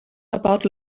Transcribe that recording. about